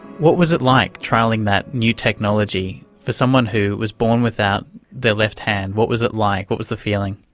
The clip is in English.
what was it like trialling that new technology? for someone who was born without their left hand, what was it like, what was the feeling?